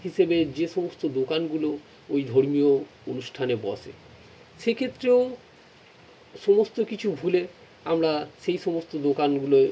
হিসেবে যে সমস্ত দোকানগুলো ওই ধর্মীয় অনুষ্ঠানে বসে সেক্ষেত্রেও সমস্ত কিছু ভুলে আমরা সেই সমস্ত দোকানগুলোয়